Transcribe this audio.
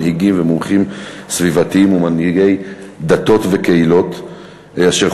מנהיגים ומומחים סביבתיים ומנהיגי דתות וקהילות אשר